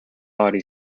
body